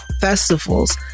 festivals